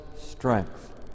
strength